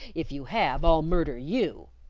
if you have, i'll murder you!